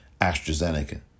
AstraZeneca